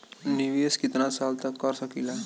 निवेश कितना साल तक कर सकीला?